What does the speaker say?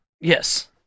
Yes